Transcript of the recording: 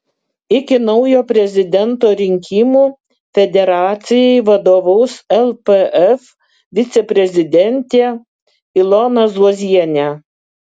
iki naujo prezidento rinkimų federacijai vadovaus lpf viceprezidentė ilona zuozienė